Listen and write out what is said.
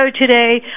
today